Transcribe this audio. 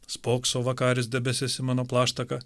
spokso vakaris debesis į mano plaštaką